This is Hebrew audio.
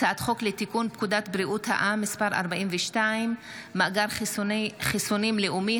הצעת חוק לתיקון פקודת בריאות העם (מס' 42) (מאגר חיסונים לאומי),